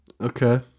Okay